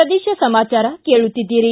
ಪ್ರದೇಶ ಸಮಾಚಾರ ಕೇಳುತ್ತಿದ್ದೀರಿ